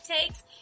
takes